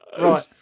Right